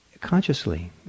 consciously